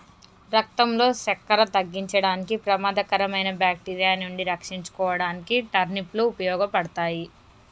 రక్తంలో సక్కెర తగ్గించడానికి, ప్రమాదకరమైన బాక్టీరియా నుండి రక్షించుకోడానికి టర్నిప్ లు ఉపయోగపడతాయి